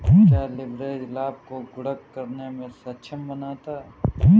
क्या लिवरेज लाभ को गुणक करने में सक्षम बनाता है?